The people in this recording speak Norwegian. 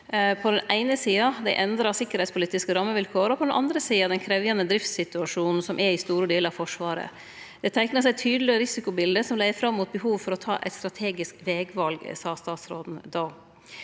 på den eine sida dei endra tryggingspolitiske rammevilkåra og på den andre sida den krevjande driftssituasjonen som er i store delar av Forsvaret. Det teiknar seg eit tydeleg risikobilete som leiar fram mot behovet for å ta eit strategisk vegval, sa statsråden då.